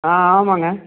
ஆ ஆமாங்க